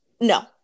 no